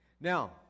Now